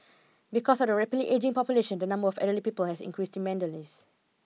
because of the rapidly ageing population the number of elderly people has increased tremendous